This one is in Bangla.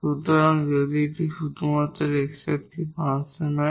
সুতরাং যদি এটি শুধুমাত্র x এর একটি ফাংশন হয়